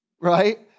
right